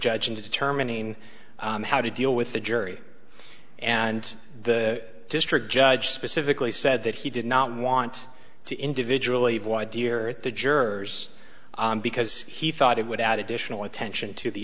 judge in determining how to deal with the jury and the district judge specifically said that he did not want to individually why dear at the jurors because he thought it would add additional attention to the